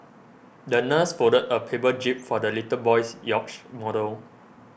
the nurse folded a paper jib for the little boy's yacht model